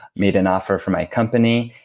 made an offer for my company,